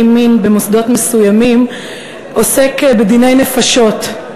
מין במוסדות מסוימים עוסק בדיני נפשות.